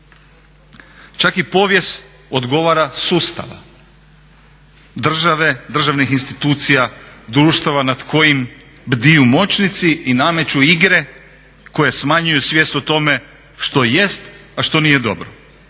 Čak i povijest odgovara sustava države, državnih institucija, društava nad kojim bdiju moćnici i nameću igre koje smanjuju svijest o tome što jest a što nije dobro.